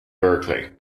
berkeley